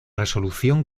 resolución